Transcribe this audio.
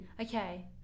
okay